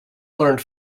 learned